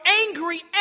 angry